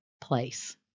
place